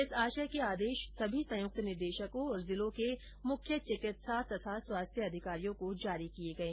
इस आशय के आदेश सभी संयुक्त निदेशकों और जिलों के मुख्य चिकित्सा तथा स्वास्थ्य अधिकारियों को जारी किए गए